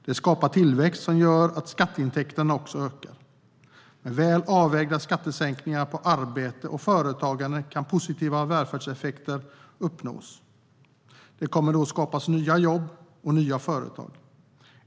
Det skapar tillväxt som gör att skatteintäkterna också ökar. Med väl avvägda skattesänkningar på arbete och företagande kan positiva välfärdseffekter uppnås. Det kommer då att skapas nya jobb och nya företag.